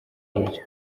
buryo